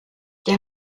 der